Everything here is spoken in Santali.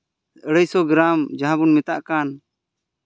ᱟᱹᱲᱟᱹᱭᱥᱚ ᱜᱨᱟᱢ ᱡᱟᱦᱟᱸ ᱵᱚᱱ ᱢᱮᱛᱟᱜ ᱠᱟᱱ